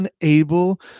unable